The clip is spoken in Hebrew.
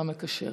השר המקשר.